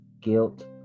guilt